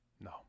No